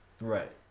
right